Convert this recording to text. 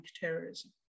terrorism